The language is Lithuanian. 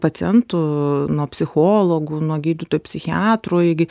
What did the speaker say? pacientų nuo psichologų nuo gydytojų psichiatrų iki